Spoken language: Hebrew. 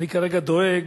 אני כרגע דואג